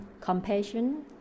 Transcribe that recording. compassion